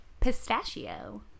Pistachio